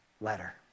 letter